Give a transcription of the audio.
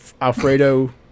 Alfredo